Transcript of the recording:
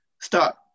start